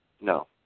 No